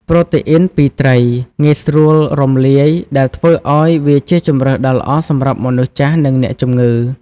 ប្រូតេអ៊ីនពីត្រីងាយស្រួលរំលាយ ដែលធ្វើឱ្យវាជាជម្រើសដ៏ល្អសម្រាប់ មនុស្សចាស់ និងអ្នកជំងឺ។ (